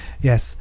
yes